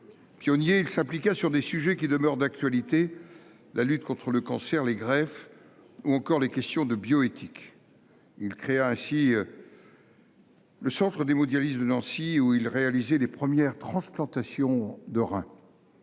Pionnier, il s’impliqua dans des sujets qui demeurent d’actualité : la lutte contre le cancer, les greffes ou encore les questions de bioéthique. Il créa ainsi le centre d’hémodialyse de Nancy, où il réalisa les premières transplantations rénales.